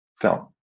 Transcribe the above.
film